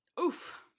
Oof